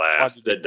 last